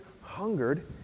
hungered